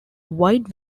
wide